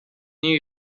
new